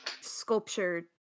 sculpture